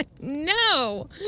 No